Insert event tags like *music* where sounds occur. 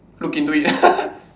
look into it *laughs*